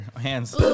hands